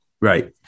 right